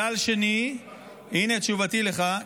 אתה רוצה, הינה תשובתי לך.